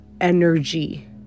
energy